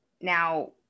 Now